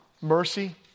mercy